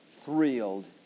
thrilled